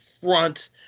front